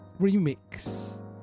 remix